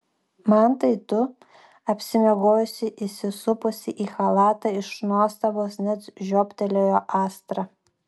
mantai tu apsimiegojusi įsisupusi į chalatą iš nuostabos net žioptelėjo astra